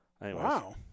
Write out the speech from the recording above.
Wow